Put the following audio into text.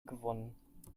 gewonnen